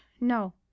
no